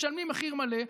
משלמים מחיר מלא.